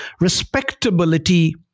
respectability